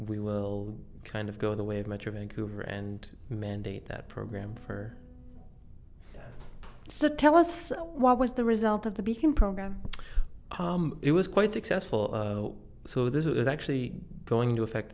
we will kind of go the way of metro vancouver and mandate that program for so tell us what was the result of the beacon program it was quite successful so this is actually going to affect